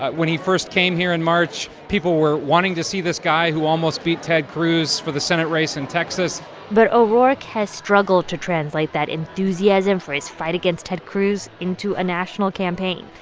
ah when he first came here in march, people were wanting to see this guy who almost beat ted cruz for the senate race in texas but o'rourke has struggled to translate that enthusiasm for his fight against ted cruz into a national campaign.